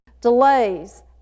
delays